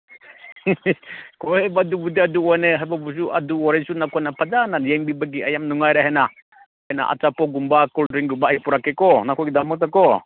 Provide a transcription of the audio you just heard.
ꯍꯣꯏꯕ ꯑꯗꯨꯕꯨꯗꯤ ꯑꯗꯨ ꯋꯥꯅꯦ ꯍꯥꯏꯕꯕꯨꯁꯨ ꯑꯗꯨ ꯑꯣꯏꯔꯁꯨ ꯅꯈꯣꯏꯅ ꯐꯖꯅ ꯌꯦꯡꯕꯤꯕꯒꯤ ꯑꯩ ꯌꯥꯝ ꯅꯨꯡꯉꯥꯏꯔꯦ ꯍꯥꯏꯅ ꯑꯩꯅ ꯑꯆꯥꯄꯣꯠꯀꯨꯝꯕ ꯀꯣꯜ ꯗ꯭ꯔꯤꯡꯒꯨꯝꯕ ꯑꯩ ꯄꯨꯔꯛꯀꯦꯀꯣ ꯅꯈꯣꯏꯒꯤꯗꯃꯛꯇ ꯀꯣ